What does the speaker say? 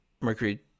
mercury